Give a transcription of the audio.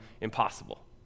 impossible